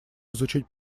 изучить